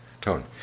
tone